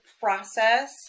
process